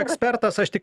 ekspertas aš tik